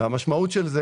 המשמעות של זה